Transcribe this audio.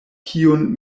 kiun